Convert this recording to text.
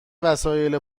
وسایل